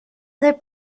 other